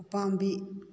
ꯎꯄꯥꯝꯕꯤ